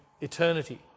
eternity